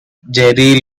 jerry